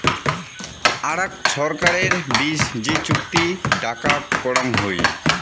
আরাক ছরকারের বিচ যে চুক্তি ডাকাক করং হই